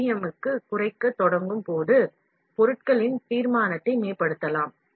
இங்கே நாம் துகள்களைக் குறைக்கத் தொடங்கும் போது பொருட்களின் தெளிவுத்திறனை மேம்படுத்தலாம்